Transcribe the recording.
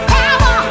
Power